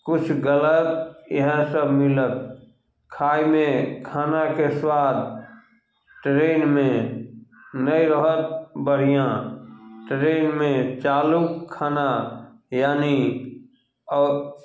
किछु गलत इएहे सभ मिलत खाइमे खानाके स्वाद ट्रेनमे नहि रहत बढ़िआँ ट्रेनमे चालू खाना यानि अऽ